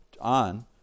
on